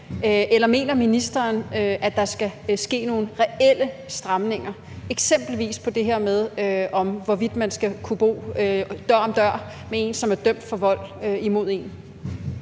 eller mener ministeren, at der skal ske nogle reelle stramninger, eksempelvis hvad angår det her med, om man skulle kunne bo dør om dør med en, som er dømt for vold imod en?